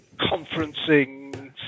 conferencing